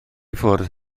ffwrdd